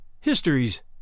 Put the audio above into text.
Histories